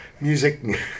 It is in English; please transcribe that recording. music